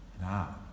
now